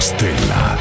Stella